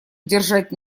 держать